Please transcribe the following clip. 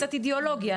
קצת אידיאולוגיה,